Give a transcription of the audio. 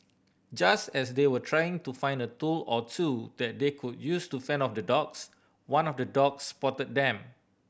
just as they were trying to find a tool or two that they could use to fend off the dogs one of the dogs spotted them